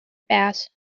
peas